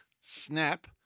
Snap